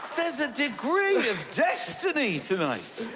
there's a degree of destiny tonight.